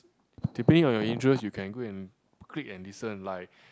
depending on your interest you can go and click and listen like